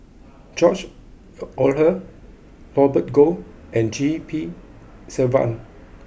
George Oehlers Robert Goh and G P Selvam